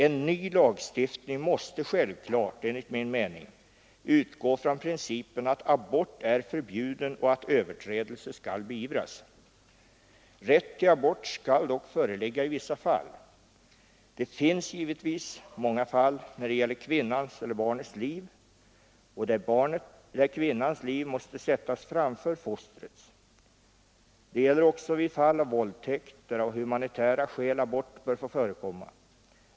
En ny lagstiftning måste enligt min mening självfallet utgå från principen att abort är förbjuden och att överträdelse skall beivras. Rätt till abort skall dock föreligga i vissa fall. Det finns givetvis många fall där det är fråga om antingen kvinnans eller barnets liv och kvinnans liv måste sättas framför fostrets. Det gäller vidare vid fall av våldtäkt, där av humanitära skäl abort bör få förekomma.